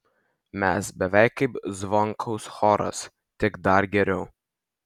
mes beveik kaip zvonkaus choras tik dar geriau